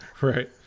Right